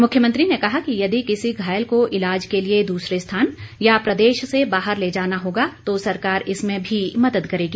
मुख्यमंत्री ने कहा कि यदि किसी घायल को इलाज के लिए दूसरे स्थान या प्रदेश से बाहर ले जाना होगा तो सरकार इसमें भी मदद करेगी